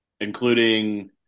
including